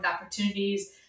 opportunities